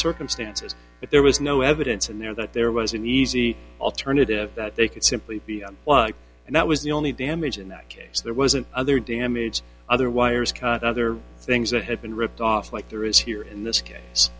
circumstances but there was no evidence in there that there was an easy alternative that they could simply be on and that was the only damage in that case there wasn't other damage other wires con other things that had been ripped off like there is here in this case